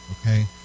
okay